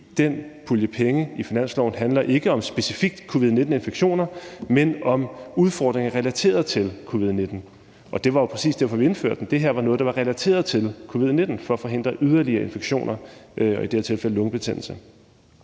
den pulje penge i finansloven ikke specifikt er målrettet covid-19-infektioner, men udfordringer relateret til covid-19, og det var præcis derfor, vi indførte den. Det her var noget, der var relateret til covid-19, og målet var at forhindre yderligere infektioner, i det her tilfælde lungebetændelse.